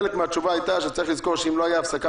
וחלק מהתשובה היה שצריך לזכור שאם לא הייתה הפסקה